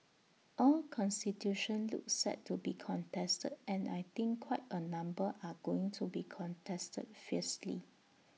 all constituencies look set to be contested and I think quite A number are going to be contested fiercely